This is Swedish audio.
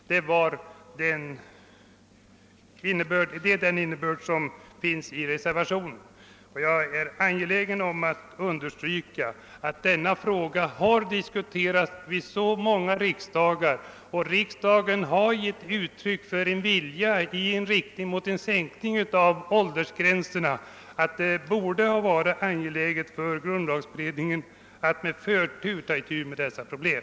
Detta är innebörden av reservationen, och jag är angelägen att understryka att frågan har diskuterats vid så många riksdagar, och riksdagen har också gett uttryck för en vilja att sänka åldersgränserna, att det borde ha varit angeläget för grundlagberedningen att med förtur ta itu med dessa problem.